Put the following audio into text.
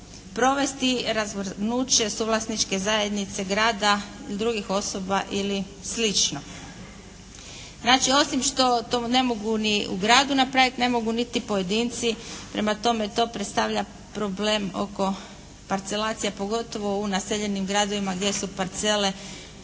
provesti razvrgnuće suvlasničke zajednice grada, drugih osoba ili slično. Znači, osim što to ne mogu niti u gradu napraviti ne mogu niti pojedinci, prema tome to predstavlja problem oko parcelacija pogotovo u naseljenim gradovima gdje su parcele